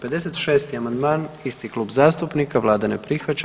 56. amandman isti klub zastupnika, Vlada ne prihvaća.